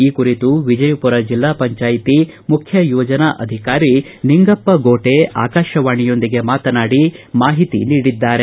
ಈ ಕುರಿತು ವಿಜಯಪುರ ಜಿಲ್ಲಾ ಪಂಚಾಯ್ತಿ ಮುಖ್ಯ ಯೋಜನಾ ಅಧಿಕಾರಿ ನಿಂಗಪ್ಪ ಗೋಟೆ ಆಕಾಶವಾಣಿಯೊಂದಿಗೆ ಮಾತನಾಡಿ ಮಾಹಿತಿ ನೀಡಿದ್ದಾರೆ